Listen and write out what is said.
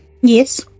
Yes